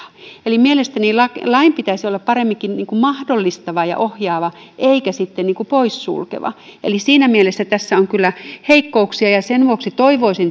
mielestäni lain pitäisi olla paremminkin mahdollistava ja ohjaava eikä poissulkeva siinä mielessä tässä on kyllä heikkouksia ja sen vuoksi toivoisin